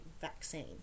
vaccine